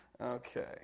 Okay